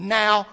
now